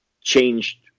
changed